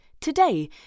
today